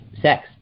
sex